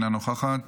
אינה נוכחת,